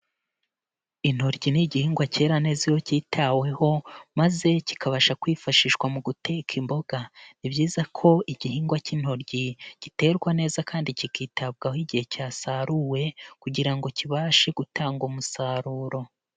Intoryi ni igihingwa cyera neza iyo cyitaweho maze kikabasha kwifashishwa mu guteka imboga. Ni byiza ko igihingwa cy'intoryi giterwa neza kandi kikitabwaho igihe cyasaruwe, kugira ngo kibashe gutanga umusaruro.